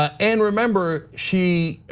ah and remember, she